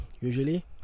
usually